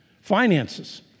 Finances